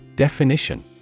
Definition